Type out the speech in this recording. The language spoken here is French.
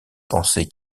penser